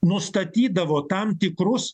nustatydavo tam tikrus